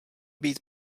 být